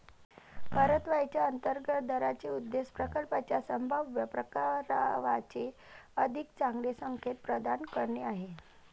परताव्याच्या अंतर्गत दराचा उद्देश प्रकल्पाच्या संभाव्य परताव्याचे अधिक चांगले संकेत प्रदान करणे आहे